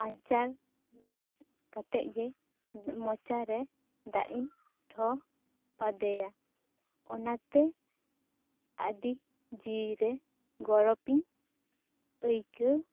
ᱟᱧᱪᱟᱨ ᱞᱚᱦᱚᱫ ᱠᱟᱛᱮ ᱜᱮ ᱢᱚᱪᱟ ᱨᱮ ᱫᱟᱜ ᱤᱧ ᱴᱷᱚᱯ ᱟᱫᱮᱭᱟ ᱚᱱᱟᱛᱮ ᱟᱹᱰᱤ ᱡᱤᱣᱤ ᱨᱮ ᱜᱚᱨᱚᱵᱤᱧ ᱟᱹᱭᱠᱟᱹᱣ